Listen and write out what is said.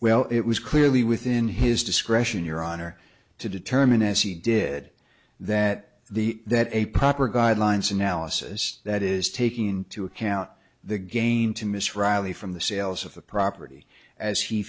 well it was clearly within his discretion your honor to determine as he did that the that a proper guidelines analysis that is taking into account the gain to miss reilly from the sales of the property as he